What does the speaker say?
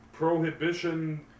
prohibition